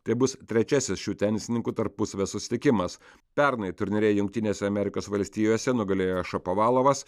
tai bus trečiasis šių tenisininkų tarpusavio susitikimas pernai turnyre jungtinėse amerikos valstijose nugalėjo šapovalovas